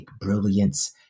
brilliance